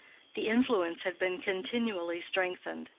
the influence had been continually strengthened.